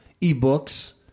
e-books